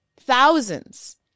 Thousands